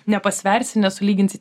nepasversi nesulyginsi